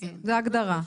כן, זו הגדרה.